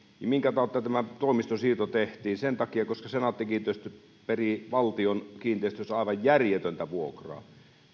minkä tautta tämä toimiston siirto tehtiin sen takia että senaatti kiinteistöt perii valtion kiinteistöistä aivan järjetöntä vuokraa